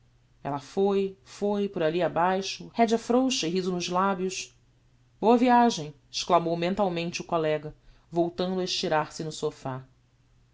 foi foi foi por alli abaixo redea frouxa e riso nos labios boa viagem exclamou mentalmente o collega voltando a estirar-se no sophá